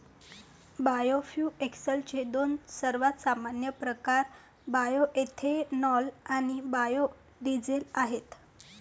बायोफ्युएल्सचे दोन सर्वात सामान्य प्रकार बायोएथेनॉल आणि बायो डीझेल आहेत